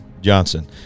Johnson